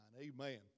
Amen